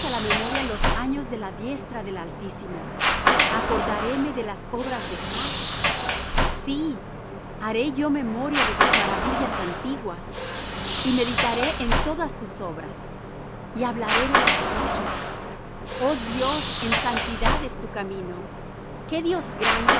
la memoria los años de la diestra del altísimo acordaréme de las obras de jah sí haré yo memoria de tus maravillas antiguas y meditaré en todas tus obras y hablaré de tus hechos oh dios en santidad es tu camino qué dios grande